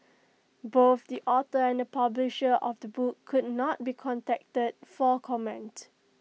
both the author and publisher of the book could not be contacted for comment